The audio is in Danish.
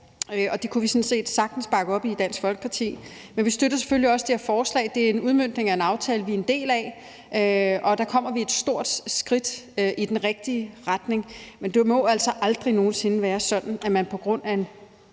Det kunne vi sådan set sagtens bakke op i Dansk Folkeparti, men vi støtter selvfølgelig også det her forslag. Det er en udmøntning af en aftale, vi er en del af, og med den kommer vi et stort skridt i den rigtige retning. Men det må altså aldrig nogensinde være sådan, at man på grund af